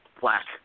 black